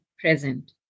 present